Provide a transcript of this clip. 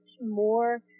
more